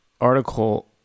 article